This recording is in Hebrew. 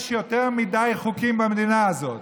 יש יותר מדי חוקים במדינה הזאת,